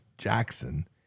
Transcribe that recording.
Jackson